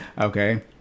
Okay